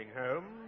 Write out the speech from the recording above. home